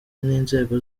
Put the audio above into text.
n’inzego